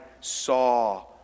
saw